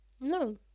No